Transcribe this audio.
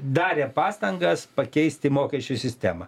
darė pastangas pakeisti mokesčių sistemą